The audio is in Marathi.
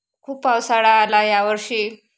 खूप पावसाळा आला यावर्षी